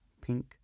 pink